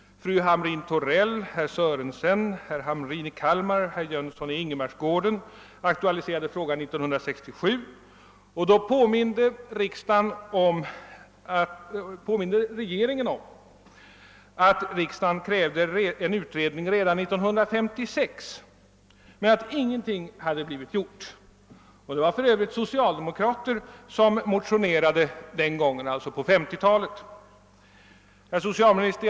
Fru Hamrin-Thorell, herr Sörenson, herr Hamrin i Kalmar och herr Jönsson i Ingemarsgården aktualiserade frågan 1967. Den gången påmindes regeringen om att riksdagen redan 1956 krävde en utredning men att ingenting hade blivit gjort. Det var för övrigt socialdemokrater som motionerade på 1950-talet. Herr socialminister!